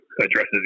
addresses